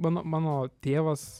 mano mano tėvas